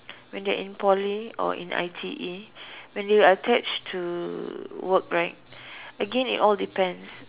when they are in Poly or in I_T_E when you attach to work right again it all depends